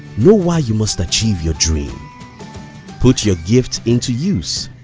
know why you must achieve your dream put your gift into use.